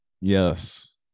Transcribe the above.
Yes